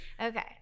Okay